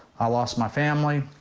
i lost my family.